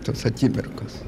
tos akimirkos